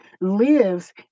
lives